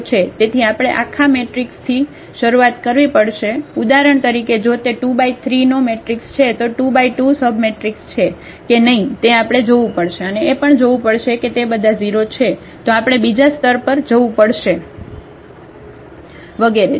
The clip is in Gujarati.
તેથી આપણે આખા મેટ્રિક્સથી શરૂઆત કરવી પડશે ઉદાહરણ તરીકે જો તે 2 બાય 3 નો મેટ્રિક્સ છે તો 2 બાય 2 સબમેટ્રિક્સ છે કે નહિ તે આપણે જોવું પડશે અને એ પણ જોવું પડશે કે તે બધા 0 છે તો આપણે બીજા સ્તર પર જવું પડશે વગેરે